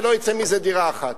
ולא יוצא מזה דירה אחת.